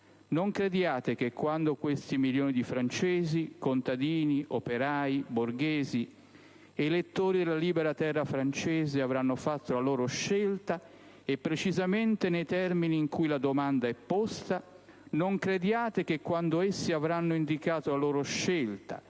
Non crediate che quando questi milioni di francesi, contadini, operai, borghesi, elettori della libera terra francese, avranno fatto la loro scelta, e precisamente nei termini in cui la domanda è posta, non crediate che quando essi avranno indicato la loro scelta